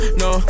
no